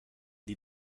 die